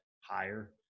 higher